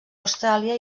austràlia